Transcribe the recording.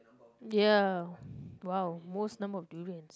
ya !wow! most number of durians